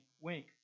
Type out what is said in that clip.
wink